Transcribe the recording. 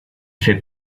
fait